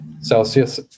Celsius